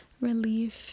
relief